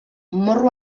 morro